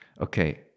Okay